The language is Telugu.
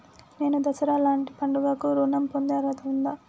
నేను దసరా లాంటి పండుగ కు ఋణం పొందే అర్హత ఉందా?